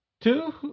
two